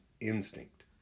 instinct